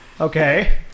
Okay